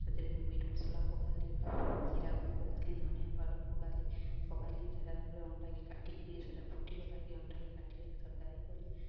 ସେଥିରେ ମିଟ୍ ମସଲା ପକାଲି ଜିରା ଗୁଣ୍ଡ୍ ପକାଲି ଧନିଆ ପାଉଡ଼ର୍ ପକାଲି ପକାଲି ସେଇଟା ତା'ପରେ ଅଣ୍ଡାକେ କାଟିକିରି ସେଇଟା ଫୁଟି ଗଲାଗି ଅଣ୍ଡା କାଟିକିରି ତରକାରୀ କଲି